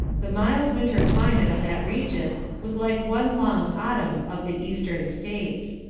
the mild winter climate of that region was like one long autumn of the eastern states.